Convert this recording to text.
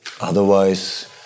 otherwise